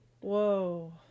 Whoa